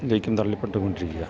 ലേക്കും തള്ളപ്പെട്ടു കൊണ്ടിരിക്കുകയാണ്